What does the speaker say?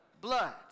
blood